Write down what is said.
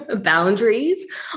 boundaries